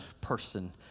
person